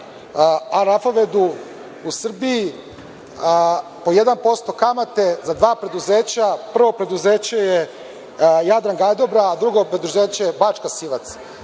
Ravafedu“ u Srbiji, sa 1% kamate za dva preduzeća, prvo preduzeće je „Jadran Gajdobra“, a drugo preduzeće je „Bačka Sivac“.Da